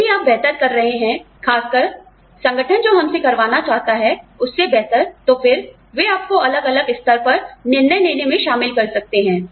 यदि आप बेहतर कर रहे हैं खासकर संगठन जो हमसे करवाना चाहता है उससे बेहतर तो फिर वे आपको अलग अलग स्तर पर निर्णय लेने में शामिल कर सकते हैं